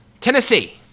Tennessee